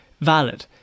valid